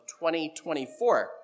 2024